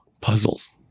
Puzzles